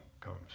comes